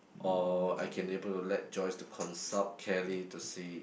or I can able to let Joyce to consult Kelly to see